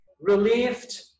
relieved